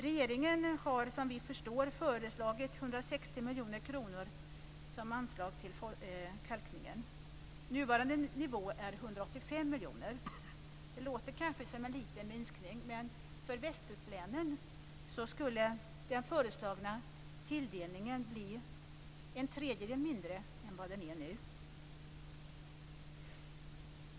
Regeringen föreslår 160 miljoner kronor i anslag till kalkningen. Nuvarande nivå är 185 miljoner. Det låter kanske som en liten minskning, men för västkustlänen skulle den föreslagna tilldelningen bli en tredjedel mindre än nu.